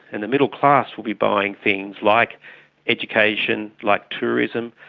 and the middle class will be buying things like education, like tourism,